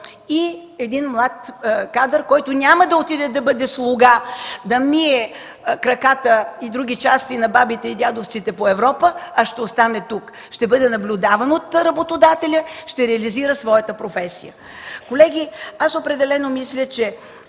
и млад кадър, който няма да отиде да бъде слуга, да мие краката и други части на бабите и дядовците по Европа, а ще остане тук, ще бъде наблюдаван от работодателя и ще реализира своята професия. Колеги, аз определено мисля, че